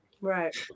Right